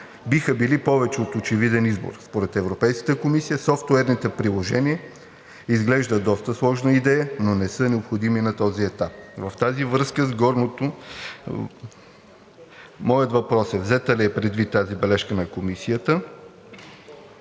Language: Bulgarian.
биха били повече от очевиден избор. Според Европейската комисия софтуерните приложения изглеждат доста сложна идея, но не са необходими на този етап. В тази връзка с горното моят въпрос е: взета ли е предвид тази бележка на Комисията